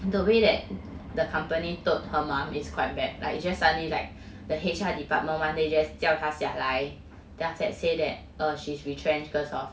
the way that the company told her mum is quite bad lah it's just suddenly like the H_R department one day just 叫她下来 then after that say that err she's retrenched cause of